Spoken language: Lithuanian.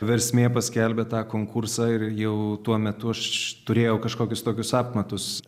versmė paskelbė tą konkursą ir jau tuo metu aš turėjau kažkokius tokius apmatus